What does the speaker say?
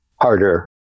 Harder